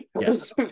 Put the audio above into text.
yes